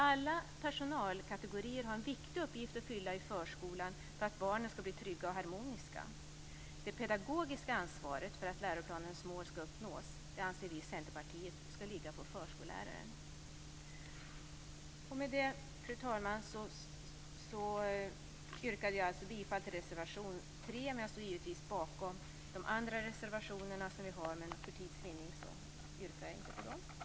Alla personalkategorier har en viktig uppgift att fylla i förskolan för att barnen skall bli trygga och harmoniska. Det pedagogiska ansvaret för att läroplanens mål skall uppnås anser vi i Centerpartiet skall ligga på förskolläraren. Med detta, fru talman, yrkar jag bifall till reservation 3. Jag står givetvis bakom våra andra reservationer, men för tids vinnande yrkar jag inte på dem.